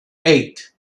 eight